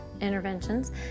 interventions